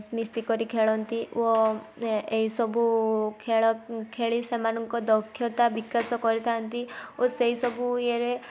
ମିଶିକରି ଖେଳନ୍ତି ଓ ଏ ଏଇସବୁ ଖେଳଖେଳି ସେମାନଙ୍କ ଦକ୍ଷତା ବିକାଶ କରିଥାନ୍ତି ଓ ସେଇ ସବୁ ଇଏରେ